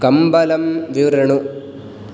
कम्बलं विवृणु